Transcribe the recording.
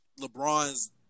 LeBron's